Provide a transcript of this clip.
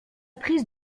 prise